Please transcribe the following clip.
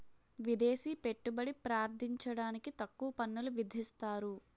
విదేశీ పెట్టుబడి ప్రార్థించడానికి తక్కువ పన్నులు విధిస్తారు